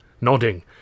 nodding